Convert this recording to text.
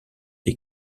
des